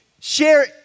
Share